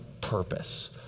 purpose